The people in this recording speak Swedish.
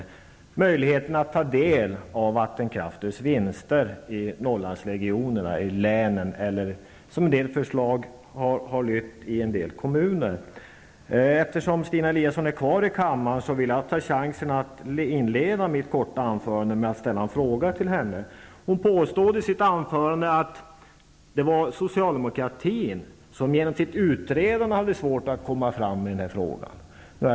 Jag avser då möjligheten att ta del av vinsterna från vattenkraften i Norrlandsregionerna -- i Norrlandslänen eller, som det lyder i en del förslag, i en del kommuner. Jag ser att Stina Eliasson befinner sig här i kammaren. Därför tar jag chansen och ställer i början av detta mitt anförande, som skall bli kort, en fråga till henne. I sitt anförande sade hon att det var socialdemokraterna som genom sitt utredande hade svårt att komma framåt i den aktuella frågan.